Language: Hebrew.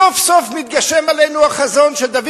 סוף-סוף מתגשם עלינו החזון של דוד